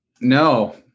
No